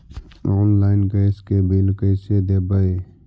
Online gas के bill कैसे देबै?